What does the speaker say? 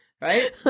right